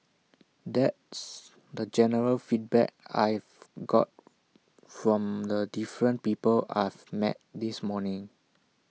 that's the general feedback I've got from the different people I've met this morning